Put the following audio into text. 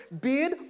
beard